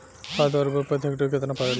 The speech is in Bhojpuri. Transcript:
खाद व उर्वरक प्रति हेक्टेयर केतना परेला?